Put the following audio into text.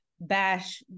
bash